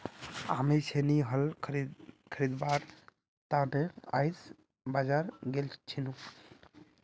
हामी छेनी हल खरीदवार त न आइज बाजार गेल छिनु